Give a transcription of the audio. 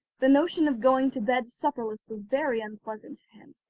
the notion of going to bed supperless was very unpleasant to him,